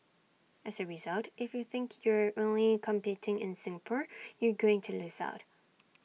as A result if you think you're only competing in Singapore you're going to lose out